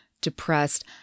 depressed